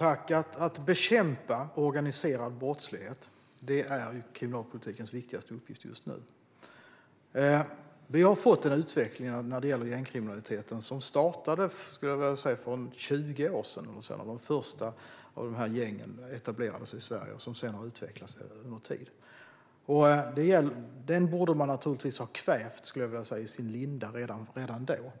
Herr talman! Att bekämpa organiserad brottslighet är kriminalpolitikens viktigaste uppgift just nu. För ungefär 20 år sedan etablerade sig de första av de här gängen i Sverige, och gängkriminaliteten har sedan utvecklats över tid. Naturligtvis borde man ha kvävt det i sin linda redan då.